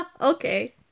okay